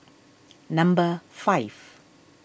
number five